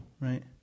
right